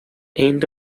end